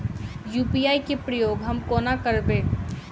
UPI केँ प्रयोग हम कोना करबे?